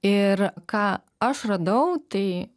ir ką aš radau tai